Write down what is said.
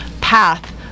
Path